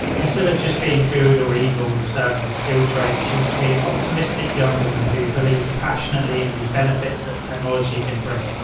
instead of just being good or evil with a certain skill trait, she was to be an optimistic young woman who believed passionately in the benefits that technology can bring.